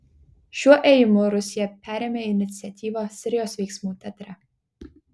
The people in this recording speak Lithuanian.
šiuo ėjimu rusija perėmė iniciatyvą sirijos veiksmų teatre